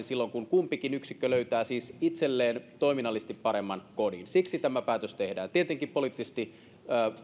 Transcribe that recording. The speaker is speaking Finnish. silloin kun kumpikin yksikkö löytää siis itselleen toiminnallisesti paremman kodin siksi tämä päätös tehdään tietenkin poliittisesti